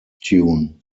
tune